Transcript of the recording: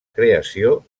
creació